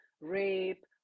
rape